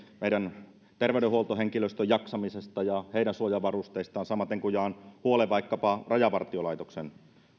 meidän terveydenhuoltohenkilöstön jaksamisesta ja heidän suojavarusteistaan samaten kuin jaan huolen vaikkapa rajavartiolaitoksen